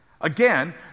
again